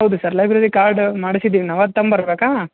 ಹೌದು sir library card ಮಾಡ್ಸಿದೀವಿ ನಾವು ಅದು ತಗಂಬರ್ಬೇಕಾ